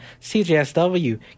CJSW